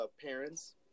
parents